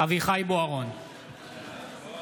אביחי אברהם בוארון,